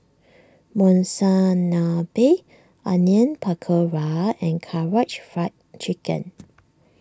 Monsunabe Onion Pakora and Karaage Fried Chicken